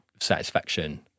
satisfaction